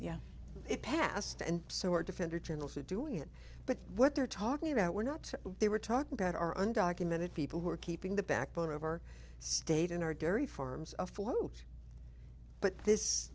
arena it passed and so were defender generals are doing it but what they're talking about we're not there we're talking about our undocumented people who are keeping the backbone of our state and our dairy farms afloat but this